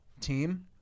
team